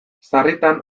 sarritan